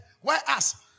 Whereas